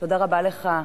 תודה רבה לך,